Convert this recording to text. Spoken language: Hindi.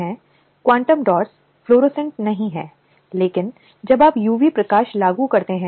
और इसलिए राज्य कार्यस्थल पर यौन उत्पीड़न की रोकथाम संरक्षण और निवारण के मुद्दों पर ध्यान देने के लिए इन अधिनियमों को लागू करता है